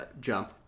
jump